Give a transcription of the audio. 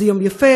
זה יום יפה,